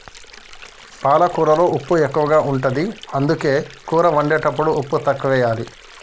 పాలకూరలో ఉప్పు ఎక్కువ ఉంటది, అందుకే కూర వండేటప్పుడు ఉప్పు తక్కువెయ్యాలి